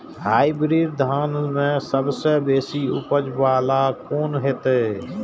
Hybrid धान में सबसे बेसी उपज बाला कोन हेते?